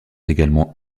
également